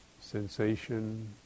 sensation